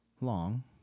long